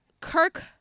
Kirk